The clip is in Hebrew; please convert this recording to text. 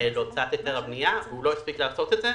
להוצאת היתר הבנייה, הוא לא הספיק לעשות את זה,